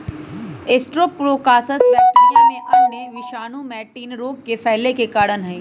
streptococcus bacteria एवं अन्य विषाणु मैटिन रोग के फैले के कारण हई